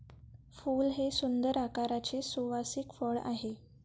फूल हे सुंदर आकाराचे सुवासिक फळ आहे